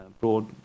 broad